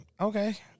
Okay